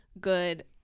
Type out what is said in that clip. good